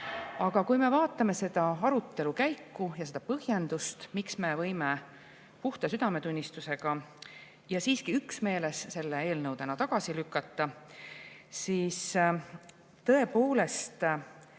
Kui me vaatame arutelu käiku ja põhjendust, miks me võime puhta südametunnistusega ja üksmeeles selle eelnõu täna tagasi lükata, siis tõepoolest